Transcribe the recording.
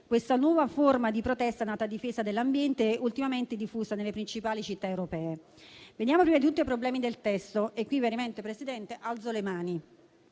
questa nuova forma di protesta, nata a difesa dell'ambiente e ultimamente diffusa nelle principali città europee. Riguardo ai problemi del testo, veramente alzo le mani.